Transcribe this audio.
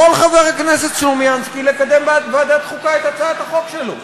יכול חבר הכנסת סלומינסקי לקדם בוועדת חוקה את הצעת החוק שלו,